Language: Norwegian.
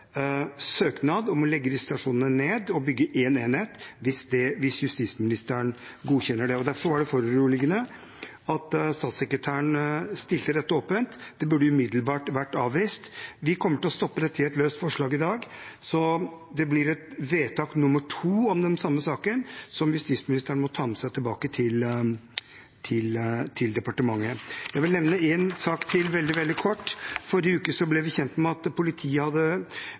søknad om å legge ned disse stasjonene og bygge én enhet, godkjennes av justisministeren. Derfor er det foruroligende at statssekretæren stilte dette åpent; det burde umiddelbart vært avvist. Vi kommer til å stoppe dette i et løst forslag i dag, så det blir et vedtak nr. 2 om den samme saken, som justisministeren må ta med seg tilbake til departementet. Jeg vil nevne én sak til veldig kort: Forrige uke ble vi kjent med at politiet hadde